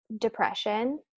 depression